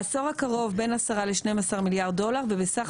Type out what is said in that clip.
בעשור הקרוב בין עשרה ל-12 מיליארד דולר ובסך